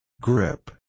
Grip